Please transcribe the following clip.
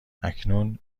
اکنون